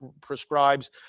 prescribes